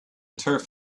turf